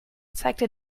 zeigte